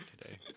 today